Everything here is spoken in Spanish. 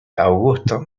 augusto